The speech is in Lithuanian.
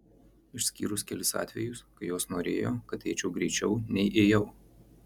išskyrus kelis atvejus kai jos norėjo kad eičiau greičiau nei ėjau